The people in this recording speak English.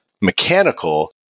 mechanical